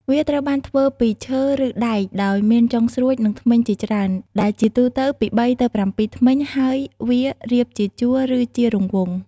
វាត្រូវបានធ្វើពីឈើ ឬដែកដោយមានចុងស្រួចនិងធ្មេញជាច្រើន ដែលជាទូទៅពី ៣ ទៅ ៧ ធ្មេញ ហើយវារៀបជាជួរ ឬជារង្វង់។